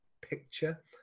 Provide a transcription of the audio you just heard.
picture